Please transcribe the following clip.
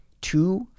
Two